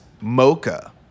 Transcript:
mocha